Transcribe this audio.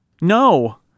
No